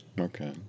okay